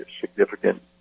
significant